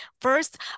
first